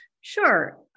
Sure